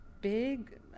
big